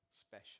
special